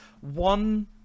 one